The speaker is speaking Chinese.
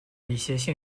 一些